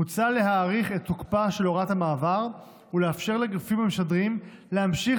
מוצע להאריך את תוקפה של הוראת המעבר ולאפשר לגופים המשדרים להמשיך